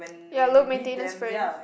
ya low maintenance friend